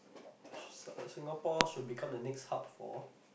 sh~ uh Singapore should become the next hub for